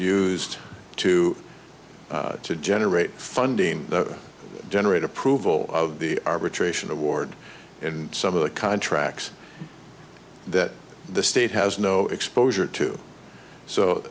used to generate funding generate approval of the arbitration award in some of the contracts that the state has no exposure to so